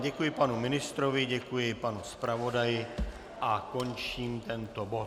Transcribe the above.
Děkuji panu ministrovi, děkuji panu zpravodaji a končím tento bod.